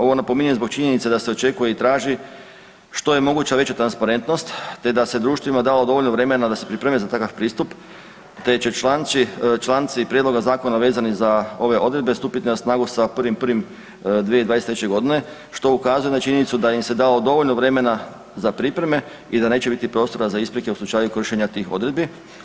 Ovo napominjem zbog činjenice da se očekuje i traži što je moguća veća transparentnost te da se društvima dalo dovoljno vremena da se pripreme za takav pristup te će članci prijedloga zakona vezani za ove odredbe stupiti na snagu sa 1.1.2023. g. što ukazuje na činjenicu da im se dalo dovoljno vremena za pripreme i da neće biti prostora za isprike u slučaju kršenja tih odredbi.